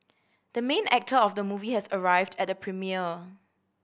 the main actor of the movie has arrived at the premiere